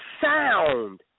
sound